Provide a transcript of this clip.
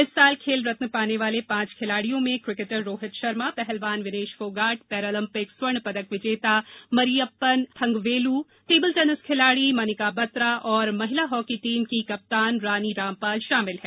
इस साल खेल रत्न पाने वाले पांच खिलाड़ियों में किकेट रोहित शर्मा पहलवान विनेष फोगाट पैरालंपिक स्वर्ण पदक विजेता मरियप्पन थंगवेलू टेबल टेनिस खिलाड़ी मनिका बत्रा और महिला हॉकी टीम की कप्तान रानी रामपाल शामिल है